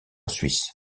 suisse